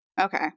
Okay